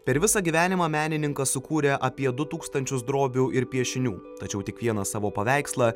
per visą gyvenimą menininkas sukūrė apie du tūkstančius drobių ir piešinių tačiau tik vieną savo paveikslą